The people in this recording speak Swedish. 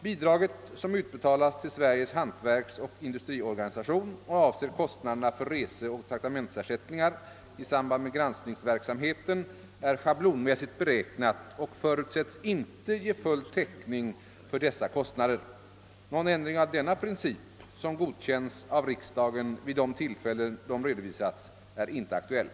Bidraget, som utbetalas till Sveriges hantverksoch industriorganisation och avser kostnaderna för reseoch traktamentsersättningar i samband med granskningsverksamheten, är schablonmässigt beräknat och förutsätts inte ge full täckning för dessa kostnader. Någon ändring av denna princip, som godkänts av riksdagen vid de tillfällen den redovisats, är inte aktuell.